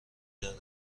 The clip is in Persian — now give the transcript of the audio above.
داره